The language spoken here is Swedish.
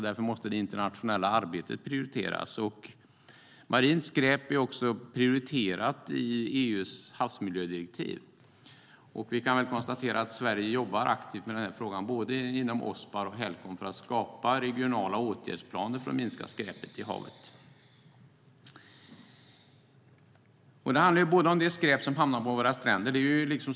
Därför måste det internationella arbetet prioriteras. Marint skräp är också prioriterat i EU:s havsmiljödirektiv. Sverige jobbar aktivt med frågan inom både Ospar och Helcom för att skapa regionala åtgärdsplaner som ska minska skräpet i havet. Det uppenbara och för ögat synliga är det skräp som hamnar på våra stränder.